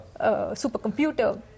supercomputer